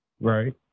Right